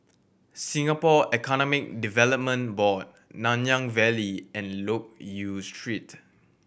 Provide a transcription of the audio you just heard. Singapore Economic Development Board Nanyang Valley and Loke Yew Street